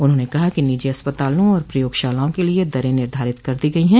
उन्होंने कहा कि निजी अस्पतालों और प्रयोगशालाओं के लिये दरे निर्धारित कर दी गई है